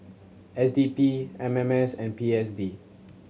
S D P M M S and P S D